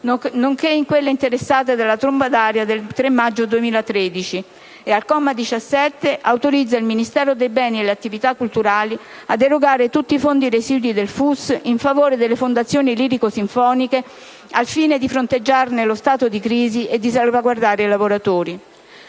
nonché in quelle interessate dalla tromba d'aria del 3 maggio 2013 e al comma 17 autorizza il Ministero dei beni e le attività culturali ad erogare tutti i fondi residui del Fondo unico per lo spettacolo (FUS) in favore delle fondazioni lirico-sinfoniche, al fine di fronteggiarne lo stato di crisi e di salvaguardare i lavoratori.